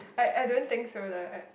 I I don't think so lah I